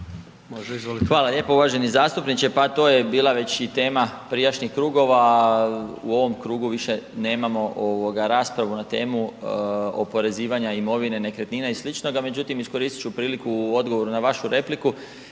Zdravko** Hvala lijepo uvaženi zastupniče. Pa to je bila već i tema prijašnjih krugova, u ovom krugu više nemamo ovoga raspravu na temu oporezivanja imovine, nekretnina i sličnoga, međutim iskoristit ću priliku u odgovoru na vašu repliku